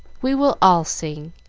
we will all sing,